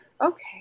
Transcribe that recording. Okay